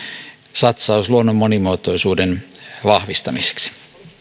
satsaus luonnon monimuotoisuuden vahvistamiseksi